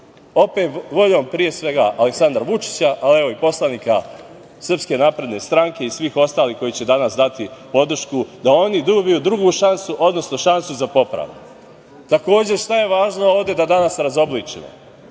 opet voljom pre svega Aleksandra Vučića, ali evo i poslanika SNS i svih ostalih koji će danas dati podršku, da oni dobiju drugu šansu, odnosno šansu za popravni. Takođe, šta je važno ovde da danas razobličimo?